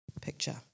picture